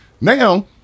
Now